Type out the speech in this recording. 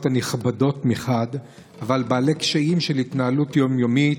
נכבדות אבל בעלות קשיים בהתנהלות היום-יומית,